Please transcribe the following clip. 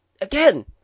again